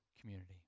community